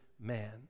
man